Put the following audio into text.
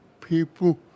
people